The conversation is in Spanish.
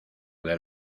del